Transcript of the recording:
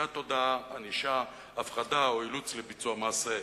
סחיטת הודאה, ענישה, הפחדה או אילוץ לביצוע מעשה".